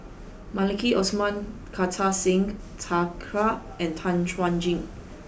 Maliki Osman Kartar Singh Thakral and Tan Chuan Jin